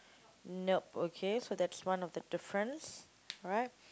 nope okay so that's one of the difference right